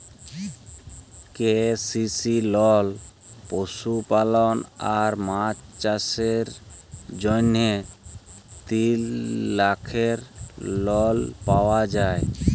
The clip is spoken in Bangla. কে.সি.সি লল পশুপালল আর মাছ চাষের জ্যনহে তিল লাখের লল পাউয়া যায়